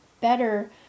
better